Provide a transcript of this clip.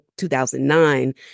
2009